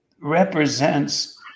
represents